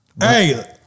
Hey